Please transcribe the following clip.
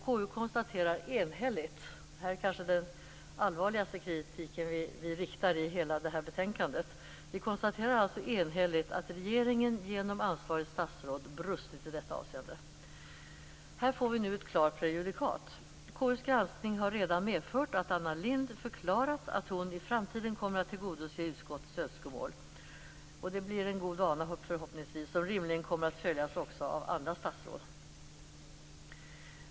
KU konstaterar enhälligt - det här är kanske den allvarligaste kritiken vi riktar mot någon i hela det här betänkandet - att regeringen genom ansvarigt statsråd brustit i detta avseende. Här får vi nu ett klart prejudikat. KU:s granskning har redan medfört att Anna Lindh förklarat att hon i framtiden kommer att tillgodose utskottets önskemål. Det blir förhoppningsvis en god vana som rimligen kommer att följas också av andra statsråd.